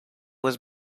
was